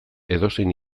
edozein